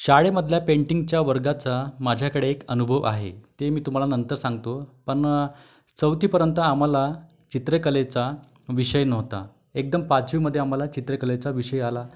शाळेमधल्या पेंटिंगच्या वर्गाचा माझ्याकडे एक अनुभव आहे ते मी तुन्हाला नंतर सांगतो पण चौथीपर्यंत आम्हाला चित्रकलेचा विषय नव्हता एकदम पाचवीमध्ये आम्हाला चित्रकलेचा विषय आला